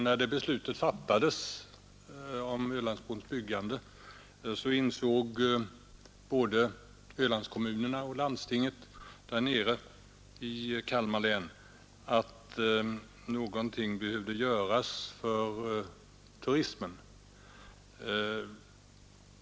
När beslutet fattades om Ölandsbrons byggande insåg både Ölandskommunerna och landstinget i Kalmar län att någonting behövde göras för turismen.